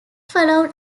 followed